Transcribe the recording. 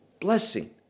blessing